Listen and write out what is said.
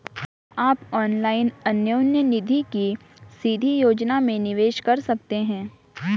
आप ऑनलाइन अन्योन्य निधि की सीधी योजना में निवेश कर सकते हैं